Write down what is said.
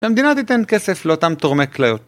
למדינת תיתן כסף לאותם תורמי כליות.